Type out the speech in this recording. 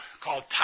called